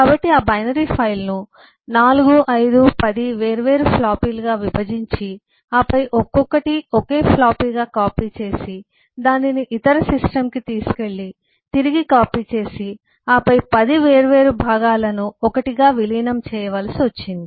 కాబట్టి ఆ బైనరీ ఫైల్ను 4510 వేర్వేరు ఫ్లాపీలుగా విభజించి ఆపై ఒక్కొక్కటి ఒకే ఫ్లాపీగా కాపీ చేసి దానిని ఇతర సిస్టమ్కి తీసుకెళ్ళి తిరిగి కాపీ చేసి ఆపై 10 వేర్వేరు భాగాలను ఒక్కటిగా విలీనం చేయవలసి వచ్చింది